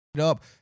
up